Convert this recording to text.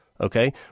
okay